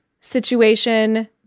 situation